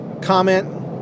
comment